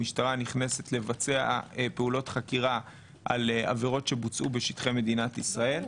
המשטרה נכנסת לבצע פעולות חקירה על עבירות שבוצעו בשטחי מדינת ישראל.